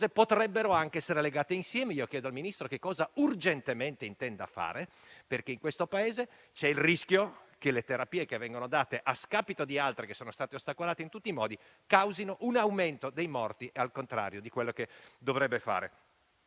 potrebbero anche essere legate insieme, quindi chiedo al Ministro cosa urgentemente intenda fare, perché in questo Paese c’è il rischio che le terapie che vengono date, a scapito di altre che sono state ostacolate in tutti i modi, causino un aumento dei morti, al contrario di quello che dovrebbero fare.